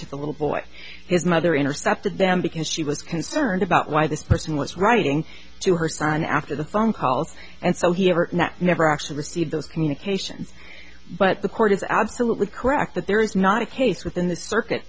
to the little boy his mother intercepted them because she was concerned about why this person was writing to her son after the phone calls and so he never actually received those communications but the court is absolutely correct that there is not a case within the circuit